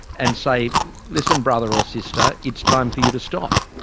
and say listen brother or sister, it's time for you to stop?